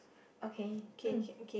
okay mm